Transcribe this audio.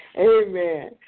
Amen